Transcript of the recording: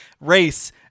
race